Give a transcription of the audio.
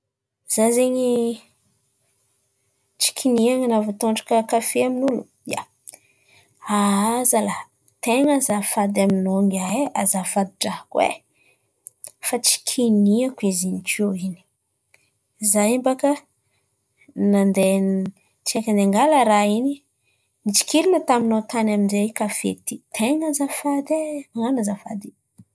Izaho zen̈y tsy kinian̈a nahavoatondraka kafe amin'ny olo, ia. Azalahy, ten̈a azafady aminao ngiahy e, azafady drako e fa tsy kiniako izy in̈y teo in̈y. Izaho in̈y bakà nandeha, tsaiky andeha hangàla ràha in̈y nitsikilan̈a taminao tan̈y amin'izay kafe ty, ten̈a azafady e, man̈ano azafady.